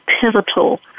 pivotal